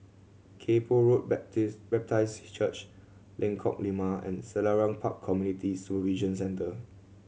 Kay Poh Road Baptist Church Lengkok Lima and Selarang Park Community Supervision Centre